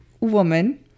woman